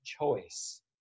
choice